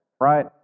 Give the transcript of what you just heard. right